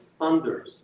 funders